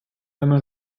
einmal